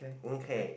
okay